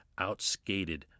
outskated